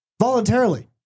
voluntarily